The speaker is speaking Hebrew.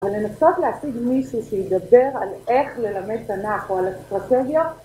ולנסות להשיג מישהו שידבר על איך ללמד תנ״ך או על אסטרטגיה...